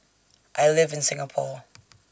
I live in Singapore